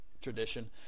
tradition